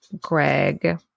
Greg